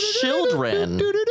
children